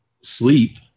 sleep